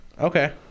Okay